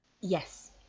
Yes